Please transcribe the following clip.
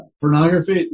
pornography